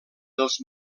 dels